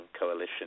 Coalition